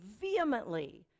vehemently